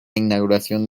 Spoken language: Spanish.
inauguración